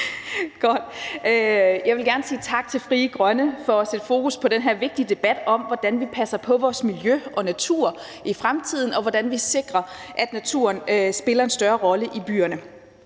Jeg vil gerne sige tak til Frie Grønne for at sætte fokus på den her vigtige debat om, hvordan vi passer på vores miljø og natur i fremtiden, og hvordan vi sikrer, at naturen spiller en større rolle i byerne.